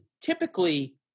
typically